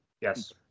Yes